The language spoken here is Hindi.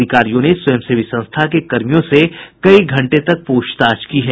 अधिकारियों ने स्वयंसेवी संस्था के कर्मियों से कई घंटे तक पूछताछ की है